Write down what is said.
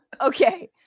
okay